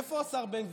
איפה השר בן גביר?